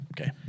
okay